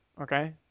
okay